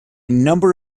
number